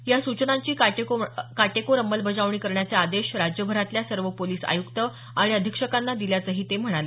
या सूचनांची काटेकोर अंमलबजावणी करण्याचे आदेश राज्यभरातल्या सर्व पोलिस आय़क्त आणि अधिक्षकांना दिल्याचंही ते म्हणाले